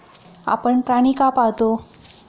आपण प्राणी का पाळता?